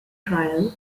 trail